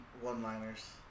one-liners